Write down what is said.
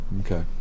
Okay